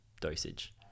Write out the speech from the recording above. dosage